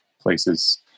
places